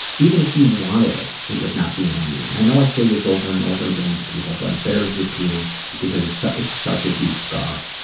even if you wanted it, it would not be on you. and i know i say this over and over again to people, but it bears repeating because so it's such a deep scar.